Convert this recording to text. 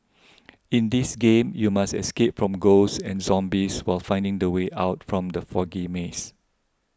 in this game you must escape from ghosts and zombies while finding the way out from the foggy maze